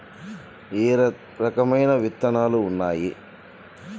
ఏ రకమైన విత్తనాలు ఉన్నాయి?